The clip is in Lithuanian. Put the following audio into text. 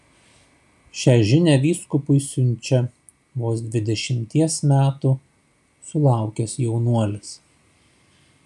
šią žinią vyskupui siunčia vos dvidešimties metų sulaukęs jaunuolis